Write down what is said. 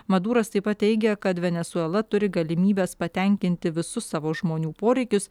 maduras taip pat teigia kad venesuela turi galimybes patenkinti visus savo žmonių poreikius